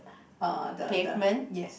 uh the the yes